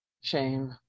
shame